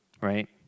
right